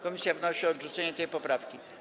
Komisja wnosi o odrzucenie tej poprawki.